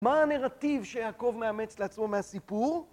מה הנרטיב שיעקב מאמץ לעצמו מהסיפור?